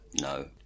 No